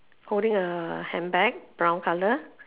holding a handbag brown colour